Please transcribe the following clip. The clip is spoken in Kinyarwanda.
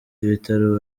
ibitaro